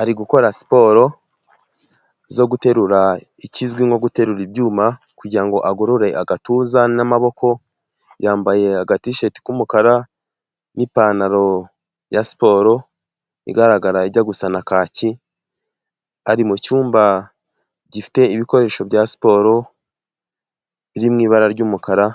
Ari gukora siporo zo guterura, ikizwi nko guterura ibyuma kugira ngo agorore agatuza n'amaboko, yambaye agatisheti k'umukara n'ipantaro ya siporo igaragara ijya gusa na kaki, ari mu cyumba gifite ibikoresho bya siporo biri mu ibara ry'umukara